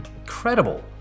Incredible